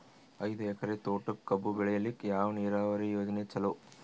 ಐದು ಎಕರೆ ತೋಟಕ ಕಬ್ಬು ಬೆಳೆಯಲಿಕ ಯಾವ ನೀರಾವರಿ ಯೋಜನೆ ಚಲೋ?